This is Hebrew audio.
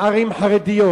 ערים חרדיות,